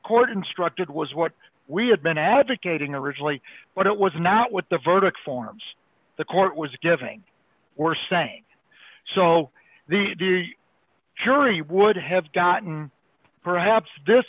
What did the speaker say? court instructed was what we had been advocating originally what it was not what the verdict forms the court was giving or saying so the jury would have gotten perhaps this